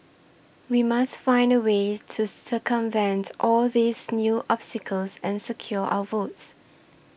we must find a way to circumvent all these new obstacles and secure our votes